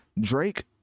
Drake